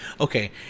Okay